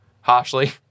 harshly